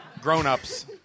Grownups